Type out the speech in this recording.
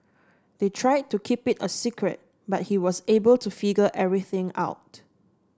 they tried to keep it a secret but he was able to figure everything out